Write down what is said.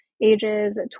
ages